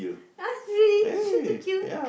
!huh! really shoot to kill